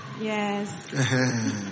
Yes